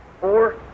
four